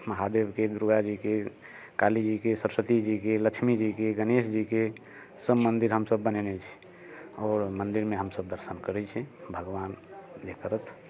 महादेवके दुर्गाजीके काली जीके सरस्वती जीके लक्ष्मी जीके गणेश जीके सभ मन्दिर हमसभ बनेने छी आओर मन्दिरमे हमसभ दर्शन करै छी भगवान जे करत